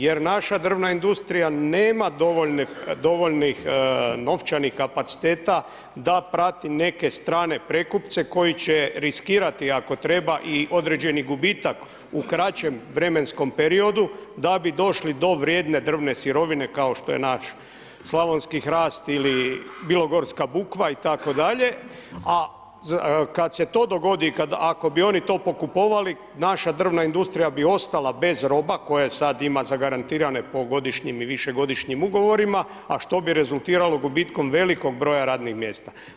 Jer naša drvna industrija nema dovoljnih novčanih kapaciteta, da prati neke strane prekupce koji će riskirati i ako treba i određeni gubitak u kraćem vremenskom periodu, da bi došli do vrijedne drvne sirovine, kao što je naš slavonski hrast ili bilogorska bukva itd. a kada se to dogodi i ako bi oni to pokupovali, naša drvna industrija bi ostala bez roba, koje sada ima zagarantirane po godišnjim i višegodišnjim ugovorima a što bi rezultiralo gubitkom velikog broja radnog mjesta.